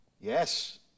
Yes